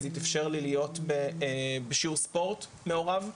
אז התאפשר לי להיות בשיעור ספורט מעורב,